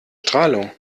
strahlung